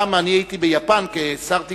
פעם הייתי ביפן כשר התקשורת,